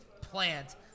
plant